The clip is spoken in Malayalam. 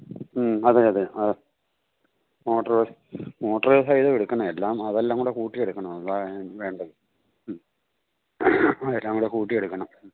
മ്മ് അതേ അതേ അത് മോട്ടോര് മോട്ടോര് സഹിതം എടുക്കണം എല്ലാം അതെല്ലാംകൂടെ കൂട്ടി എടുക്കണം അതാണു വേണ്ടത് മ്മ് ആ എല്ലാംകൂടെ കൂട്ടി എടുക്കണം